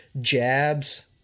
jabs